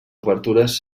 obertures